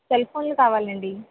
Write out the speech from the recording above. cell ఫోన్లు కావాలండి